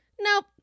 Nope